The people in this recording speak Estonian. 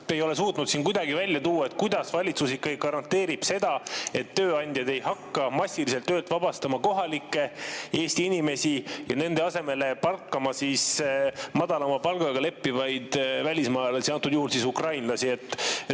Te ei ole suutnud kuidagi välja tuua, kuidas valitsus ikkagi garanteerib seda, et tööandjad ei hakkaks massiliselt töölt vabastama kohalikke Eesti inimesi ja nende asemele palkama madalama palgaga leppivaid välismaalasi, antud juhul ukrainlasi.